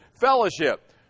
fellowship